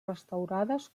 restaurades